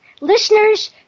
Listeners